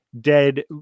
dead